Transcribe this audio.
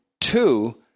two